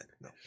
No